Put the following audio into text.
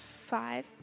Five